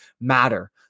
matter